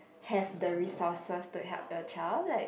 have the resources to help the child like